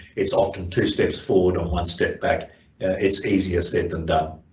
it's often two steps forward and one step back it's easier said than done,